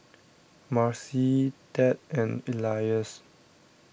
Marci Ted and Elias